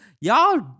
y'all